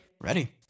Ready